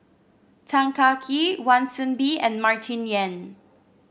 Tan Kah Kee Wan Soon Bee and Martin Yan